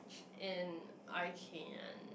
and I can